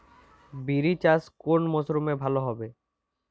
বিরি চাষ কোন মরশুমে ভালো হবে?